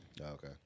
Okay